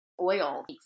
oil